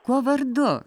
kuo vardu